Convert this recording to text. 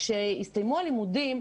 כשהסתיימו הלימודים,